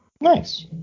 Nice